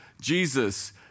Jesus